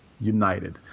united